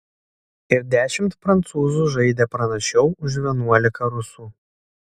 ir dešimt prancūzų žaidė pranašiau už vienuolika rusų